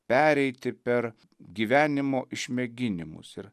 pereiti per gyvenimo išmėginimus ir